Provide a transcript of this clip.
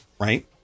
right